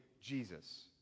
Jesus